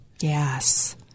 Yes